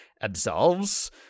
absolves